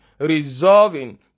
resolving